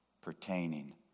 pertaining